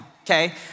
okay